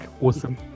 awesome